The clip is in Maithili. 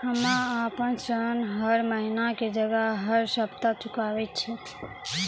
हम्मे आपन ऋण हर महीना के जगह हर सप्ताह चुकाबै छिये